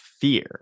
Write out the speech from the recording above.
fear